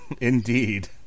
Indeed